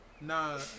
nah